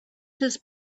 his